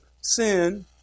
sin